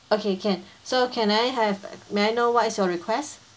okay can so can I have uh may I know what is your request